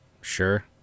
Sure